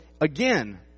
again